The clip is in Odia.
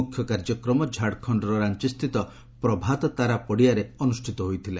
ମୁଖ୍ୟ କାର୍ଯ୍ୟକ୍ରମ ଝାଡ଼ଖଣ୍ଡର ରାଞ୍ଚି ସ୍ଥିତ ପ୍ରଭାତ ତାରା ଗ୍ରାଉଣ୍ଡରେ ଅନୁଷ୍ଠିତ ହୋଇଥିଲା